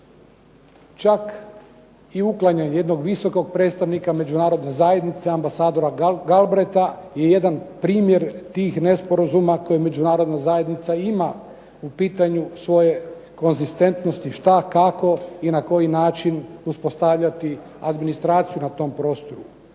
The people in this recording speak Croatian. čak i uklanjanje jednog visokog predstavnika Međunarodne zajednice ambasadora Galbraighta i jedan primjer tih nesporazuma koje Međunarodna zajednica ima u pitanju svoje konzistentnosti, šta, kako i na koji način uspostavljati administraciju na tom prostoru.